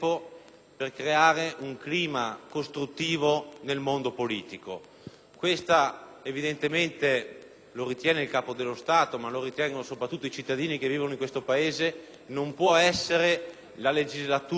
per creare un clima costruttivo nel mondo politico. Come ritiene il Capo dello Stato, ma come ritengono soprattutto i cittadini che vivono in questo Paese, questa non può essere la legislatura